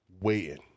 waiting